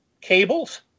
cables